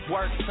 Work